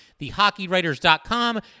thehockeywriters.com